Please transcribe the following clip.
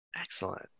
Excellent